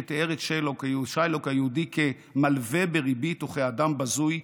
שתיאר את שיילוק היהודי כמלווה בריבית וכאדם בזוי,